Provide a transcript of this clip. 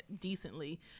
decently